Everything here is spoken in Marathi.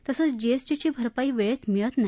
तसंच जीएसटीची भरपाई वेळेत मिळत नाही